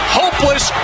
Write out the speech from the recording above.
hopeless